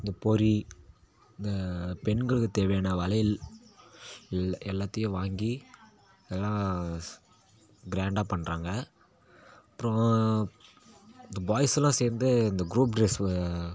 இந்த பொறி இந்த பெண்களுக்கு தேவையான வளையல் இல் எல்லாத்தையும் வாங்கி எல்லாம் ஸ் கிராண்டாக பண்ணுறாங்க அப்புறோம் இந்த பாய்ஸுலாம் சேர்ந்து இந்த க்ரூப் ட்ரெஸ்ஸு